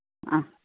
ആ